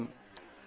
பேராசிரியர் பி